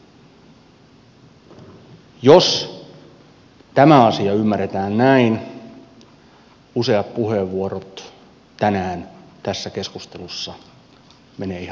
jos tämä asia ymmärretään näin useat puheenvuorot tänään tässä keskustelussa menevät ihan uuteen valoon